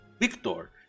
Victor